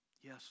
Yes